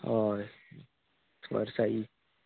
हय स्वर साई